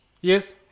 Yes